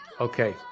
Okay